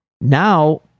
now